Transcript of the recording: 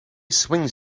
swings